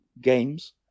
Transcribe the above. games